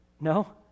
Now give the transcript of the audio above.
No